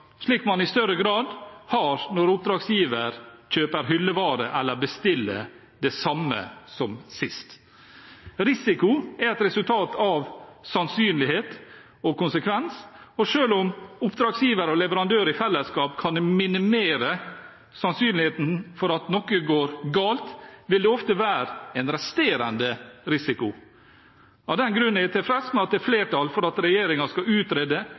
slik man i større grad har når oppdragsgiver kjøper hyllevare eller bestiller det samme som sist. Risiko er et resultat av sannsynlighet og konsekvens, og selv om oppdragsgiver og leverandør i fellesskap kan minimere sannsynligheten for at noe går galt, vil det ofte være en resterende risiko. Av den grunn er jeg tilfreds med at det er flertall for at regjeringen skal utrede